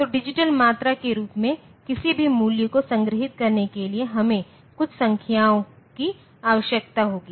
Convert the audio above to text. तो डिजिटल मात्रा के रूप में किसी भी मूल्य को संग्रहीत करने के लिए हमें कुछ संख्याओं की आवश्यकता होगी